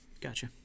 Gotcha